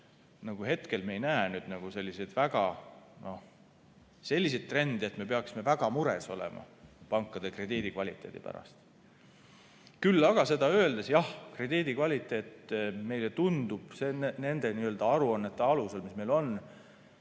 seal hetkel me ei näe selliseid trende, et me peaksime väga mures olema pankade krediidikvaliteedi pärast. Küll aga jah, krediidikvaliteet, meile tundub nende aruannete alusel, mis meil on,